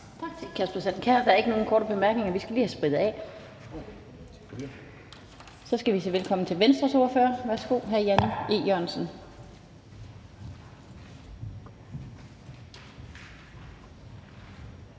Tak til hr. Kasper Sand Kjær. Der er ikke nogen korte bemærkninger. Vi skal lige have sprittet af. Så skal vi sige velkommen til Venstres ordfører. Værsgo, hr. Jan E. Jørgensen.